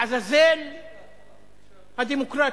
לעזאזל הדמוקרטיה.